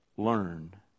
Learn